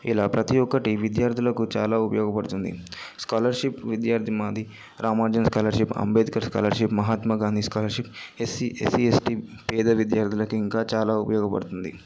ఇలా ప్రతీ ఒక్కటి విద్యార్థులకు చాలా ఉపయోగపడుతుంది స్కాలర్షిప్ విద్యార్థి మాది Ramanujan scholarship Ambedkar scholarship Mahatma Gandhi scholarship SC SC ST పేద విద్యార్థులకు ఇంకా చాలా ఉపయోగపడుతుంది